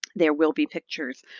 there will be pictures.